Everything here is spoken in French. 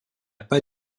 pas